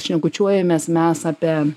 šnekučiuojamės mes apie